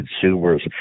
consumers